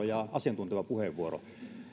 ja asiantunteva puheenvuoro